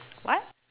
what